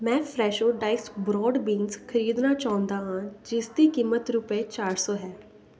ਮੈਂ Fresho diced broad beans ਖਰੀਦਣਾ ਚਾਹੁੰਦਾ ਹਾਂ ਜਿਸ ਦੀ ਕੀਮਤ ਰੁਪਏ ਚਾਰ ਸੌ ਹੈ